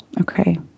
Okay